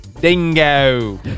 Dingo